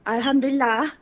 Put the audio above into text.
Alhamdulillah